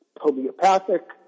homeopathic